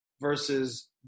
versus